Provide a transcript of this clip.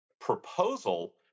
proposal